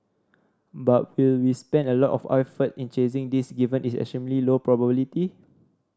but will we spend a lot of our effort in chasing this given its extremely low probability